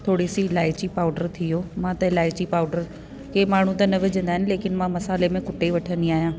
थोरी सी इलायची पाउडर थी वियो मां त इलायची पाउडर कंहिं माण्हू त न विझंदा आहिनि लेकिन मां मसाले में कुटे करे वठंदी आहियां